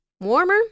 warmer